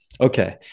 okay